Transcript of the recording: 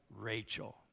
Rachel